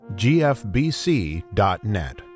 gfbc.net